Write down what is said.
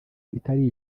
itari